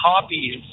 copies